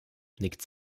nickt